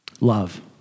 love